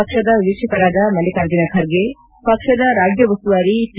ಪಕ್ಷದ ವೀಕ್ಷಕರಾದ ಮಲ್ಲಿಕಾರ್ಜುನ ಖರ್ಗೆ ಪಕ್ಷದ ರಾಜ್ಜ ಉಸ್ತುವಾರಿ ಪಿ